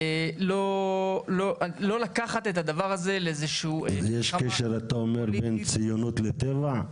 לא לקחת את הדבר הזה לאיזשהו -- אז יש קשר אתה אומר בין ציונות לטבע?